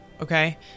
Okay